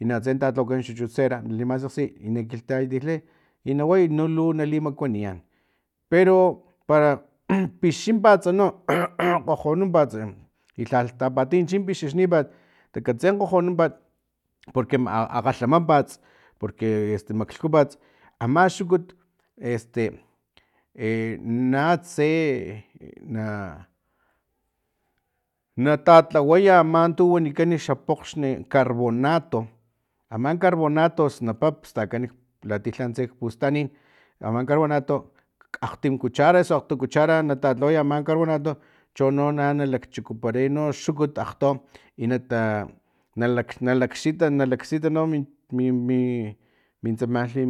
I natse talhawakan xchuchut cera limasekgsiy kilhtayatilhay i na way lu nali makuaniyan pero para piximpatsa no kgojonumpatsa no i lhalh tapatiy chin pixixnipat takatsi kgojonumpat porque akgalhamampat porque maklhkupats ama xukut este e natse e na talhaway ama tu wanikana xa pokgxnu carbonato ama carbonato snapap stakan latiya lhantse kpustan i ama carbonato akgtim cuchara osu akgto cuchara natatlaway ama carbonato chono naan nalakchukuparay no xukut akgto i nata nalak nalak sita no mi mi mi tsamalhi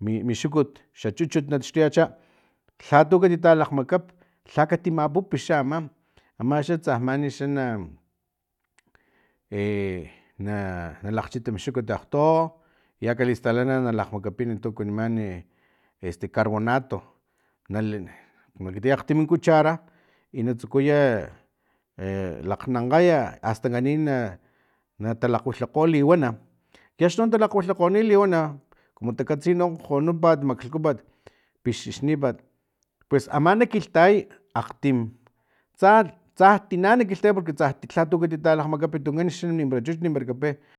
mi xukut xa chuchut na taxtuyacha lhatu kati talakgmakap lhakati mapup xa ama amaxa tsa mani xa na e na nalakgchita mi xukut akgto i akalistal na lakgmakapin tu kuaniman este carbonato nali makapin akgtim cuchara i na tsukuya e lakgnankgaya astan kanin na nata lakgwilhakgo liwana i axni no natalakgwilhakgoni liwana kumu takatsi no kgojonumpat maklhkupat pixixnimpat pues ama na kilhtayay akgtim tsa tsa tina na kilhtayay porque tsa lhati kati talakgmakapi tunkan xa nimpara chuchut nimpara kape